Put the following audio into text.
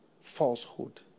falsehood